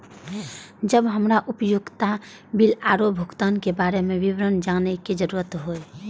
जब हमरा उपयोगिता बिल आरो भुगतान के बारे में विवरण जानय के जरुरत होय?